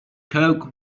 coke